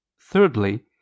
Thirdly